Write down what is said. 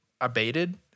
abated